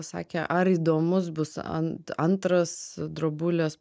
sakė ar įdomus bus an antras drobulės